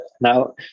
Now